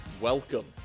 welcome